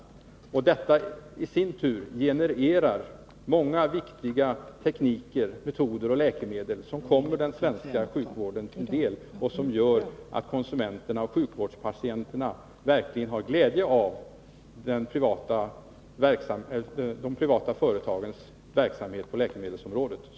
Detta genererar i sin tur många viktiga tekniker, metoder och läkemedel, som kommer den svenska sjukvården till del och som gör att konsumenterna och sjukvårdspatienterna verkligen får glädje av 53 de privata företagens verksamhet på läkemedelsområdet.